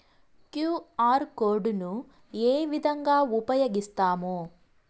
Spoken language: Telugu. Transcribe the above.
క్యు.ఆర్ కోడ్ ను ఏ విధంగా ఉపయగిస్తాము?